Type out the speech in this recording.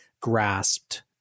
grasped